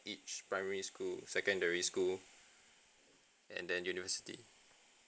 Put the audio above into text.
each primary school secondary school and then university